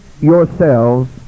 yourselves